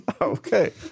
Okay